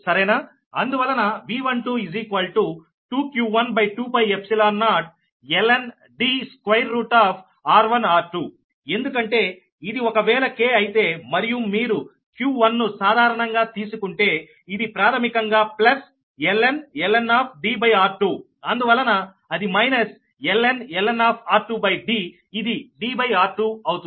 అందువలన V12 2q12π0ln D వర్గమూలం r1 r2 ఎందుకంటే ఇది ఒక వేళ k అయితే మరియు మీరు q1 ను సాధారణంగా తీసుకుంటే ఇది ప్రాథమికంగా ప్లస్ ln అందువలన అది మైనస్ ln ఇది Dr2అవుతుంది